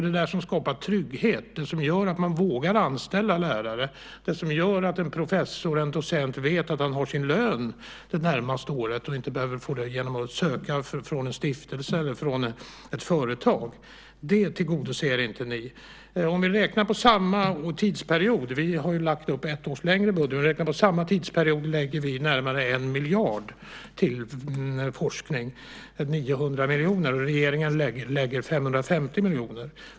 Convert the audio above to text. Det som skapar trygghet, det som gör att man vågar anställa lärare, det som gör att en professor eller docent vet att han har sin lön det närmaste året och inte behöver söka från en stiftelse eller ett företag tillgodoser ni inte. Vi har lagt upp ett års längre budget. Om vi räknar på samma tidsperiod lägger vi närmare 1 miljard till forskning, eller 900 miljoner. Regeringen lägger 550 miljoner.